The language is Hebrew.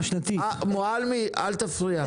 --- מועלמי, אל תפריע.